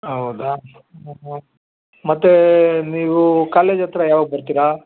ಹೌದಾ ಮತ್ತು ನೀವು ಕಾಲೇಜ್ ಹತ್ರ ಯಾವಾಗ ಬರ್ತೀರಾ